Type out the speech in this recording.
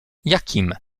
jakim